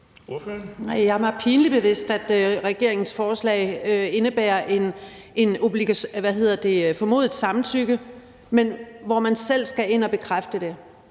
jeg er mig pinligt bevidst, at regeringens forslag indebærer et formodet samtykke, men hvor man selv skal ind og bekræfte det.